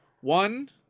one